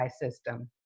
system